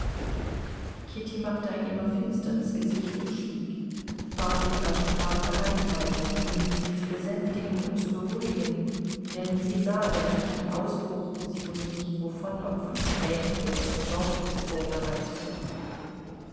kitty machte ein immer finstreres gesicht und schwieg warjenka sprach allein weiter bemüht sie zu besänftigen und zu beruhigen denn sie sah daß sich ein ausbruch sie wußte nicht wovon ob von tränen oder von worten vorbereitete